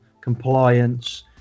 compliance